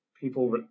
people